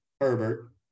Herbert